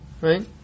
right